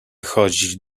chodzić